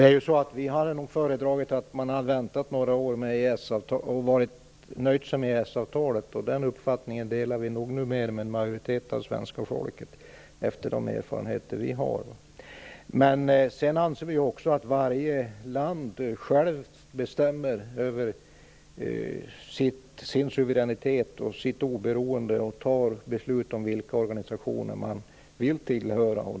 Fru talman! Vi hade nog föredragit att man väntat några år och nöjt sig med EES-avtalet. Den uppfattningen delar vi nog numera med en majoritet av svenska folket, att döma av de erfarenheter vi har. Sedan anser vi också att varje land självt bestämmer över sin suveränitet och sitt oberoende och självt fattar beslut om vilka organisationer det vill tillhöra.